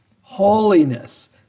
holiness